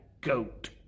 goat